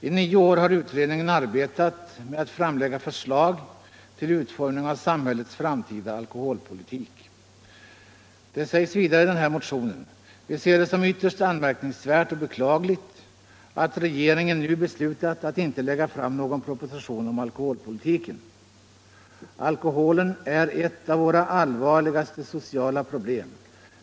I nio år har utredningen arbetat med att framlägga förslag till utformning av samhällets framtida alkoholpolitik.” Det sägs vidare i denna motion: ”Vi ser det som ytterst anmärkningsvärt och beklagligt att regeringen nu beslutat att inte lägga fram någon proposition om alkoholpolitiken. Alkoholen är ett av våra allvarligaste sociala problem.